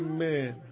Amen